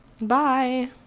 Bye